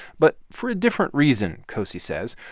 but for a different reason, cosey says.